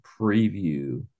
preview